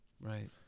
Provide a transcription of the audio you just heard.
Right